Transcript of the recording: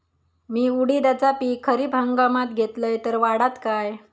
मी उडीदाचा पीक खरीप हंगामात घेतलय तर वाढात काय?